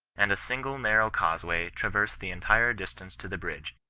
and a single narrow causeway traversed the entire dis tance to the bridge,